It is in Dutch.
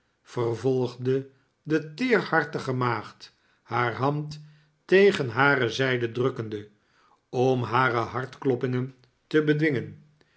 vervolgde de teerhartige maagd hare hand tegen hare zijde drukkende om hare hartkloppingen te bedwingen